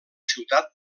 ciutat